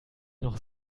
noch